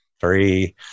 three